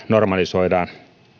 normalisoidaan